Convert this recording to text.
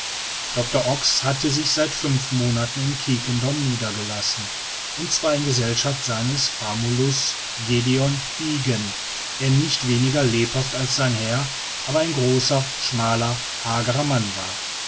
doctor ox hatte sich seit fünf monaten in quiquendone niedergelassen und zwar in gesellschaft seines famulus gdon ygen der nicht weniger lebhaft als sein herr aber ein großer schmaler hagerer mann war